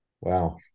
Wow